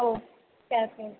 हो कॅशच